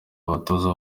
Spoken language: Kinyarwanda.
abatoza